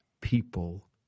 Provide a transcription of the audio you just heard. people